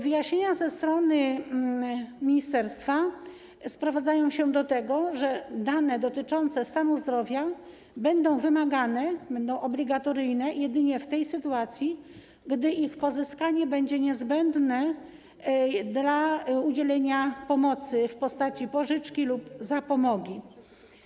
Wyjaśnienia ze strony ministerstwa sprowadzają się do tego, że dane dotyczące stanu zdrowia będą wymagane, będą obligatoryjne jedynie w sytuacji, gdy ich pozyskanie będzie niezbędne do udzielenia pomocy w postaci pożyczki lub zapomogi.